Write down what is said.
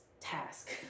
task